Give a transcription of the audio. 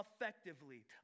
effectively